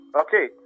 Okay